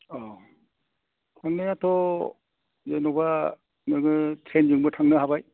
औ थांनायाथ' जेन'बा नोङो ट्रेनजोंबो थांनो हाबाय